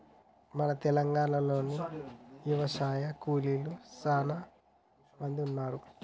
మన తెలంగాణలో యవశాయ కూలీలు సానా మంది ఉన్నారు